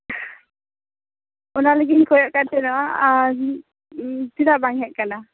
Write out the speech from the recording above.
ᱚᱱᱟ ᱞᱟᱹᱜᱤᱫᱤᱧ ᱠᱚᱭᱚᱜ ᱟᱠᱟᱫ ᱛᱟᱦᱮᱱᱟ ᱟᱨ ᱪᱮᱫᱟᱜ ᱵᱟᱝ ᱦᱮᱡ ᱟᱠᱟᱱᱟ